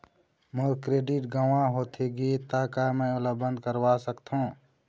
मोर credit गंवा होथे गे ता का मैं ओला बंद करवा सकथों?